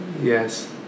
Yes